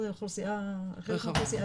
זאת אוכלוסייה רחבה,